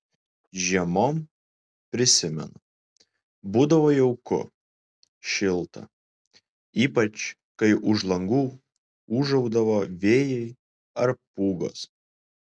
žiemom prisimenu būdavo jauku šilta ypač kai už langų ūžaudavo vėjai ar pūgos